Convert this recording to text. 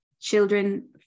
children